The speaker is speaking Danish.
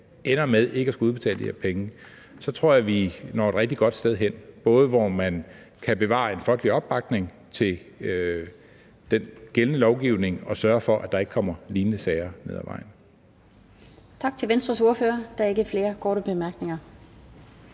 ender med ikke at skulle udbetale de her penge, så tror jeg, vi når et rigtig godt sted hen, hvor man både kan bevare en folkelig opbakning til den gældende lovgivning og sørge for, at der ikke kommer lignende sager hen ad vejen.